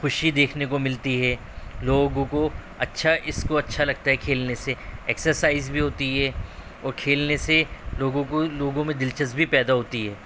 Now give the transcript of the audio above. خوشی دیکھنے کو ملتی ہے لوگوں کو اچھا اِس کو اچھا لگتا ہے کھیلنے سے ایکسرسائز بھی ہوتی ہے اور کھیلنے سے لوگوں کو لوگوں میں دلچسبی پیدا ہوتی ہے